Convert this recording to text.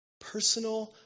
Personal